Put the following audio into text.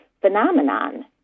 phenomenon